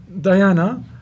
Diana